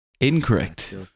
Incorrect